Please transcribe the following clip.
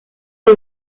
des